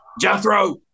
Jethro